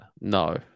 No